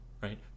right